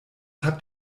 habt